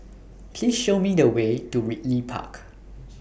Please Show Me The Way to Ridley Park